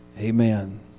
Amen